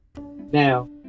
now